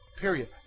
Period